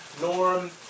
Norm